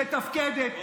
שמתפקדת,